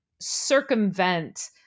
circumvent